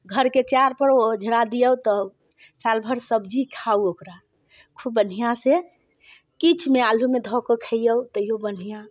घरके चारपर ओझड़ा दियौ तऽ साल भरि सब्जी खाउ ओकरा खूब बढ़िआँसँ किछुमे आलूमे धऽ कऽ खैयौ तैयो बढ़िआँ